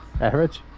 Average